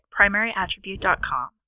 primaryattribute.com